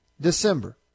December